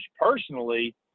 personally